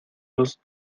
los